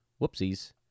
Whoopsies